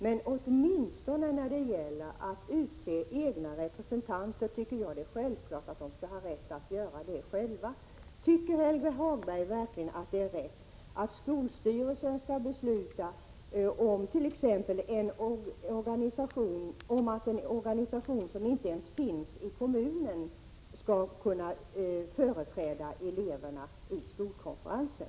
Men jag tycker att det är självklart att eleverna åtminstone när det gäller att utse egna representanter skall ha rätt att göra det själva. Tycker Helge Hagberg verkligen att det är riktigt att skolstyrelsen t.ex. skall besluta om att en organisation som inte ens finns i kommunen skall kunna företräda eleverna i skolkonferensen?